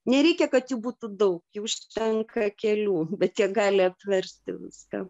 nereikia kad jų būtų daug jų užtenka kelių bet jie gali apversti viską